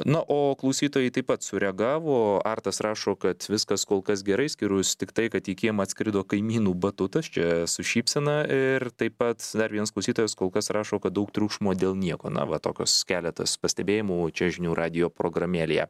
na o klausytojai taip pat sureagavo artas rašo kad viskas kol kas gerai išskyrus tiktai kad į kiemą atskrido kaimynų batutas čia su šypsena ir taip pat dar vienas klausytojas kol kas rašo kad daug triukšmo dėl nieko na va tokios keletas pastebėjimų čia žinių radijo programėlėje